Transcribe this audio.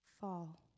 fall